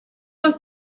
los